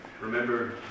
Remember